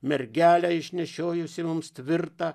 mergele išnešiojusi mums tvirtą